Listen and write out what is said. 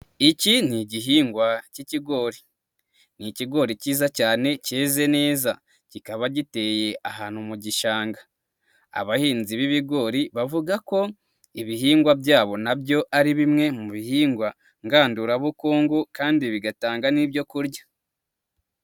Iki ni igihingwa cy'ikigori. Ni ikigori cyiza cyane kize neza kikaba giteye ahantu mu gishanga. Abahinzi b'ibigori bavuga ko ibihingwa byabo nabyo ari bimwe mu bihingwa ngandurabukungu kandi bigatanga n'ibyoku kurya.